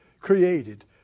created